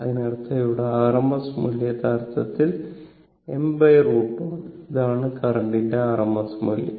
അതിനർത്ഥം ഇവിടെ rms മൂല്യം യഥാർത്ഥത്തിൽ m√ 2 ആണ് ഇതാണ് കറന്റിന്റെ rms മൂല്യം